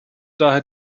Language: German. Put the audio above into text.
daher